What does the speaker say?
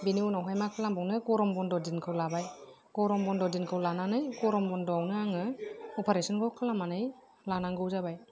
बेनि उनावहाय मा खालामबावनो गरम बन्द' दिनखौ लाबाय गरम बन्द ' दिनखौ लानानै गरम बन्द'आवनो आङो अपारेसनखौ खालामनानै लानांगौ जाबाय